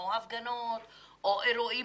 הפגנות או אירועים